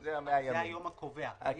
זה היום הקובע,